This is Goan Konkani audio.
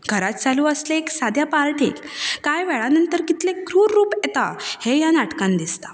घरांत चालू आशिल्ले एक साद्या पार्टेक कांय वेळा भितर कितले क्रूर रूप येता हें ह्या नाटकांत दिसता